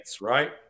Right